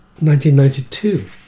1992